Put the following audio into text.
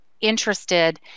interested